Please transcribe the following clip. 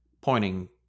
pointing